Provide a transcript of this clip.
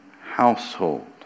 household